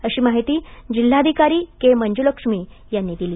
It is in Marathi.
अशी माहिती जिल्हाधिकारी के मंजुलक्ष्मी यांनी दिली